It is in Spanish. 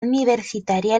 universitaria